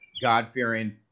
God-fearing